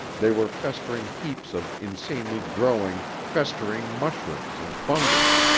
they were festering heaps of insanely growing, festering mushrooms and fungus.